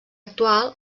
actual